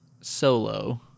solo